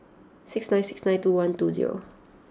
six nine six nine two one two zero